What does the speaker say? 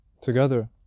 together